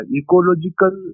ecological